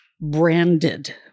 branded